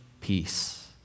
peace